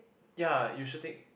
ya you should take